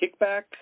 Kickback